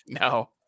No